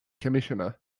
commissioner